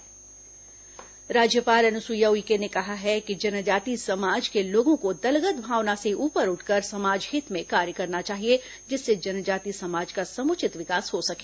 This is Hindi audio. राज्यपाल सम्मान राज्यपाल अनुसुईया उइके ने कहा है कि जनजाति समाज के लोगों को दलगत भावना से ऊपर उठकर समाज हित में कार्य करना चाहिए जिससे जनजाति समाज का समुचित विकास हो सके